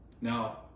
Now